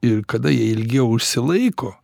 ir kada jie ilgiau išsilaiko